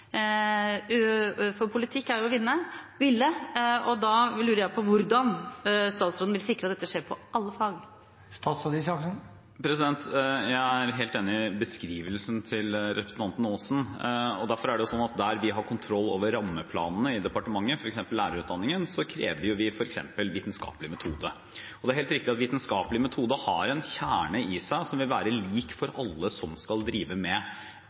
forskning? Politikk er å ville, og da lurer jeg på hvordan statsråden vil sikre at dette skjer på alle fag. Jeg er helt enig i beskrivelsen til representanten Aasen. Derfor er det slik at der vi har kontroll over rammeplanene i departementet, f.eks. i lærerutdanningen, krever vi vitenskapelig metode. Det er helt riktig at vitenskapelig metode har en kjerne i seg som vil være lik for alle som skal drive med